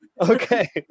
Okay